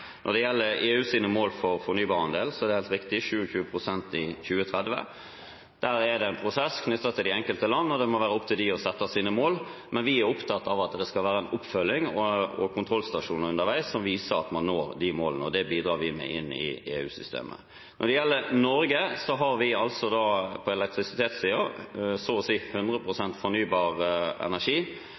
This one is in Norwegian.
Når det gjelder EUs mål for fornybarandel, er det helt riktig 27 pst. i 2030. Der er det en prosess knyttet til de enkelte land, og det må være opp til dem å sette sine mål. Vi er opptatt av at det skal være en oppfølging og kontrollstasjoner underveis som viser at man når de målene, og det bidrar vi med inn i EU-systemet. Når det gjelder Norge, har vi på elektrisitetssiden så å si 100 pst. fornybar energi.